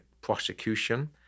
prosecution